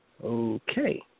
Okay